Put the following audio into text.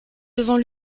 devant